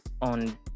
on